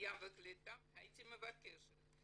העלייה והקליטה והייתי מבקשת,